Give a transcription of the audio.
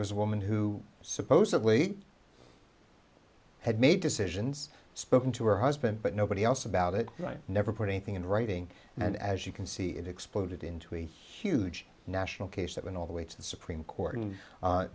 was a woman who supposedly had made decisions spoken to her husband but nobody else about it right never put anything in writing and as you can see it exploded into a huge national case that when all the way to the supreme court and